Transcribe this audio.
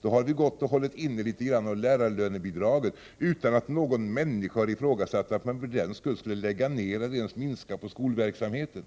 då har det gått att hålla inne litet grand av lärarlönebidraget utan att någon människa har ifrågasatt att man för den skull skulle lägga ner eller ens minska på skolverksamheten.